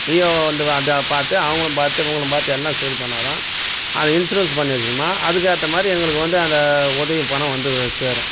விஏஓவை வந்து அந்த பார்த்து அவங்களும் பார்த்து இவங்களும் பார்த்து எல்லா சரி பண்ணிணாதான் அதை இன்சூரன்ஸ் பண்ணி வச்சுட்டம்னா அதுக்கு ஏற்ற மாரி எங்களுக்கு வந்து அந்த உதவி பணம் வந்து சேரும்